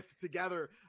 together